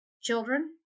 children